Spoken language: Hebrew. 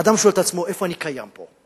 אדם שואל את עצמו: איפה אני קיים פה?